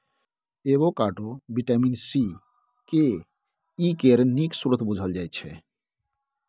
avocado vitamin C, K, E केर नीक स्रोत बुझल जाइ छै